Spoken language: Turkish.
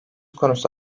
konusu